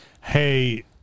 Hey